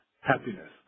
happiness